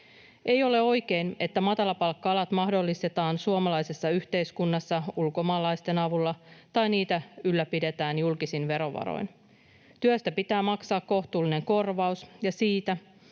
Ei ole oikein, että matalapalkka-alat mahdollistetaan suomalaisessa yhteiskunnassa ulkomaalaisten avulla tai niitä ylläpidetään julkisin verovaroin. Työstä pitää maksaa kohtuullinen korvaus, ja